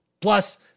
Plus